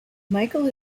michael